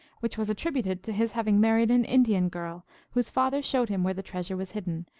which was attributed to his having married an indian girl whose father showed him where the treasure was hidden,